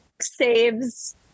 saves